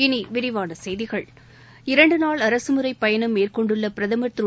இனி விரிவான செய்திகள் இரண்டு நாள் அரசு முறை பயனம் மேற்கொண்டுள்ள பிரதமர் திரு